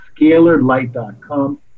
scalarlight.com